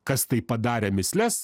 kas tai padarė mįsles